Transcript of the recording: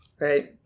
right